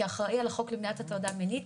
כאחראי על החוק להטרדה מינית,